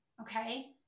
okay